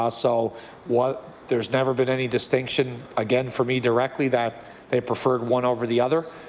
um so what there has never been any distinction, again, for me directly that they preferred one over the other.